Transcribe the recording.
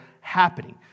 happening